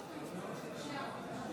כנסת נכבדה, יושבים פה השר כץ וחבר הכנסת ביטן,